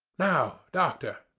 now, doctor,